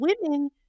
women